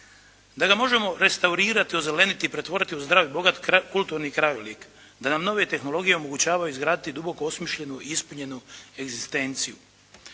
da ga možemo restaurirati, ozeleniti i pretvoriti u zdrav i bogat kulturni krajolik, da nam nove tehnologije omogućavaju izgraditi duboko osmišljenu ispunjenu egzistenciju.